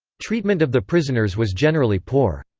treatment of the prisoners was generally poor.